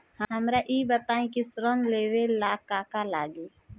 हमरा ई बताई की ऋण लेवे ला का का लागी?